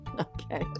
Okay